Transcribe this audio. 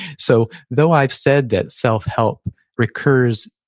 so, though i've said that self-help recurs,